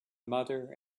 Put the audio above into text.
mother